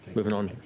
moving on,